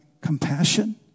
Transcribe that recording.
compassion